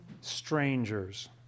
strangers